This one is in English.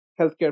healthcare